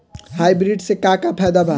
Hybrid से का का फायदा बा?